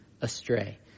astray